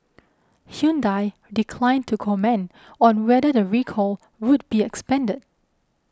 Hyundai declined to comment on whether the recall would be expanded